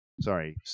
sorry